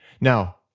Now